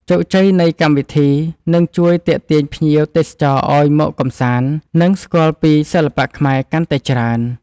ជោគជ័យនៃកម្មវិធីនឹងជួយទាក់ទាញភ្ញៀវទេសចរឱ្យមកកម្សាន្ត និង ស្គាល់ពីសិល្បៈខ្មែរកាន់តែច្រើន។